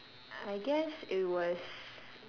I guess it was